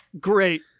great